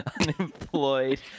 Unemployed